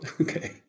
Okay